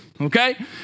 okay